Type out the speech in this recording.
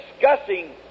discussing